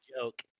joke